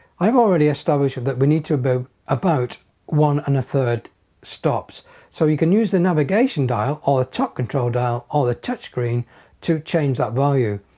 i've already established that we need to go about one and a third stops so you can use the navigation dial or the top control dial or the touch screen to change that value.